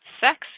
sex